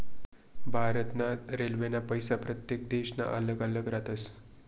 भारत ना रेल्वेना पैसा प्रत्येक देशना अल्लग अल्लग राहस